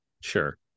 Sure